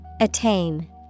Attain